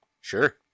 Sure